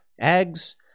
eggs